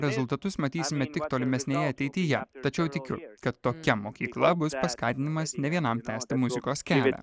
rezultatus matysime tik tolimesnėje ateityje tačiau tikiu kad tokia mokykla bus paskatinimas ne vienam tęsti muzikos kelią